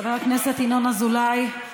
חבר הכנסת ינון אזולאי,